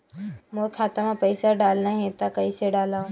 मोर खाता म पईसा डालना हे त कइसे डालव?